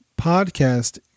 podcast